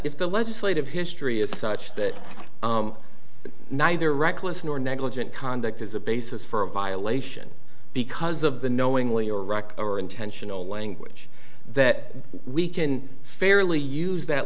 if the legislative history is such that neither reckless nor negligent conduct is a basis for a violation because of the knowingly or rock or intentional language that we can fairly use that